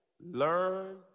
learn